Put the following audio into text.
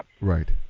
right